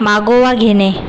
मागोवा घेणे